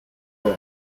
used